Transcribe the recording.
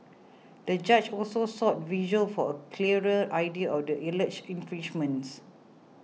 the judge also sought visuals for a clearer idea of the alleged infringements